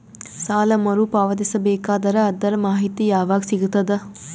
ಸಾಲ ಮರು ಪಾವತಿಸಬೇಕಾದರ ಅದರ್ ಮಾಹಿತಿ ಯವಾಗ ಸಿಗತದ?